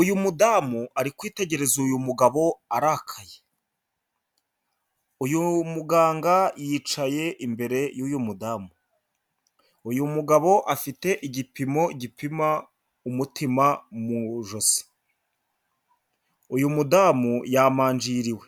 Uyu mudamu ari kwitegereza uyu mugabo arakaye, uyu muganga yicaye imbere y'uyu mudamu. Uyu mugabo afite igipimo gipima umutima mu ijosi, uyu mudamu yamanjiriwe.